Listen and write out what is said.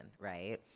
right